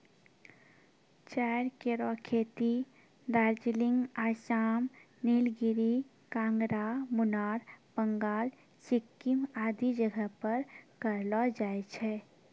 चाय केरो खेती दार्जिलिंग, आसाम, नीलगिरी, कांगड़ा, मुनार, बंगाल, सिक्किम आदि जगह पर करलो जाय छै